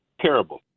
terrible